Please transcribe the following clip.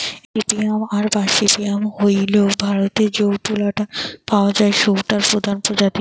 gossypium আরবাসিয়াম হইল ভারতরে যৌ তুলা টা পাওয়া যায় সৌটার প্রধান প্রজাতি